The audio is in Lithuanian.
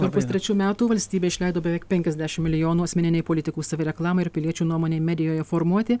per pustrečių metų valstybė išleido beveik penkiasdešim milijonų asmeninei politikų savireklamai ir piliečių nuomonei medijoje formuoti